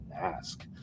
ask